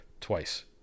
twice